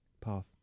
Path